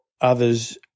others